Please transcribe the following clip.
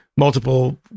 multiple